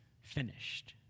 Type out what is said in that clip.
finished